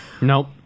Nope